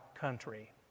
country